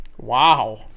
Wow